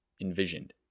envisioned